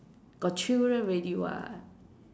got children already [what]